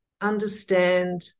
understand